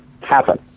happen